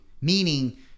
meaning